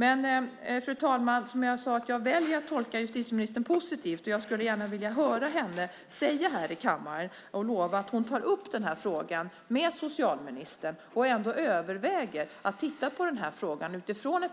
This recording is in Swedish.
Men, herr talman, som jag sade väljer jag att tolka justitieministern positivt. Jag skulle gärna vilja höra henne lova här i kammaren att hon tar upp den här frågan med socialministern och överväger att låta